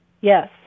Yes